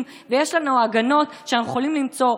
ויש לנו הגנות שאנחנו יכולים למצוא.